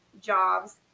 jobs